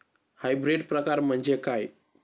Hybrid प्रकार म्हणजे काय?